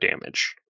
damage